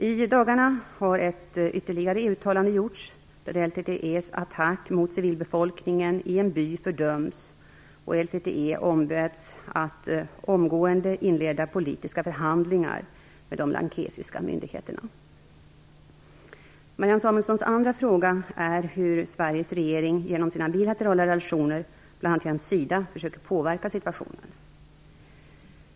I dagarna har ett ytterligare EU-uttalande gjorts, där LTTE:s attack mot civilbefolkningen i en by fördöms och LTTE ombedes att omgående inleda politiska förhandlingar med de lankesiska myndigheterna. Marianne Samuelssons andra fråga är hur Sveriges regering genom sina bilaterala relationer, bl.a. genom SIDA, försöker påverka situationen.